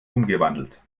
umgewandelt